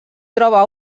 troba